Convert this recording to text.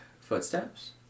footsteps